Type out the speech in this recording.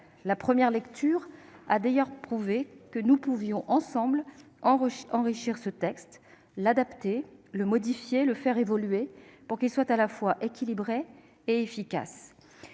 La première lecture a d'ailleurs prouvé que nous pouvions ensemble enrichir ce texte, l'adapter, le modifier et le faire évoluer, pour qu'il soit à la fois équilibré et efficace.